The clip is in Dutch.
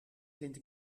vindt